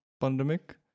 pandemic